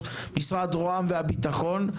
משרד ראש הממשלה ומשרד הביטחון.